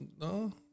no